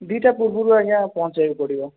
ଦୁଇଟା ପୂର୍ବରୁ ଆଜ୍ଞା ପହଞ୍ଚାଇବାକୁ ପଡ଼ିବ